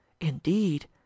Indeed